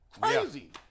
Crazy